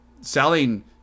selling